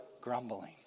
grumbling